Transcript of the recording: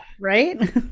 right